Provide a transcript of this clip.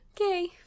Okay